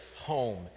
home